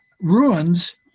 Ruins